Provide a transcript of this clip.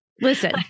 listen